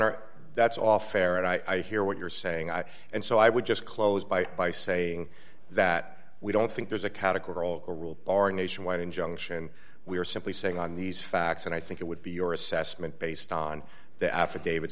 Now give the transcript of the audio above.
our that's all fair and i hear what you're saying and so i would just close by by saying that we don't think there's a categorical rule are a nationwide injunction we are simply saying on these facts and i think it would be your assessment based on the affidavit